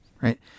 right